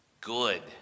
good